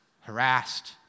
Harassed